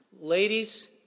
Ladies